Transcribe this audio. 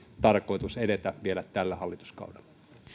tarkoitus edetä vielä tällä hallituskaudella